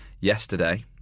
Yesterday